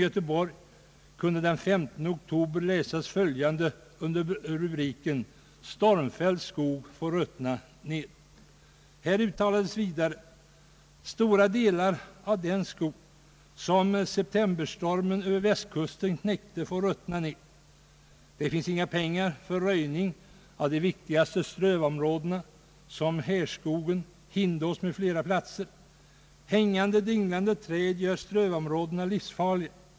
”Stora delar av den skog som septemberstormen över västkusten knäckte får ruttna ned. Det finns inga pengar för röjning av de viktigaste strövområdena som Härskogen, Hindås m.fl. platser. Hängande dinglande träd gör strövområdena = livsfarliga.